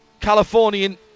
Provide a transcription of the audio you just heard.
Californian